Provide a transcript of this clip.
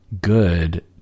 good